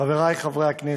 חברי חברי הכנסת,